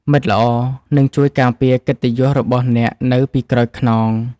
មិត្តល្អនឹងជួយការពារកិត្តិយសរបស់អ្នកនៅពីក្រោយខ្នង។